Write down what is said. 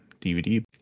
DVD